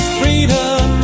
freedom